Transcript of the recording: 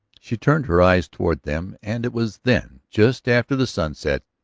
she turned her eyes toward them and it was then, just after the sunset,